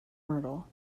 myrtle